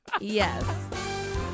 Yes